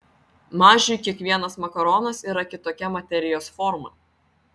mažiui kiekvienas makaronas yra kitokia materijos forma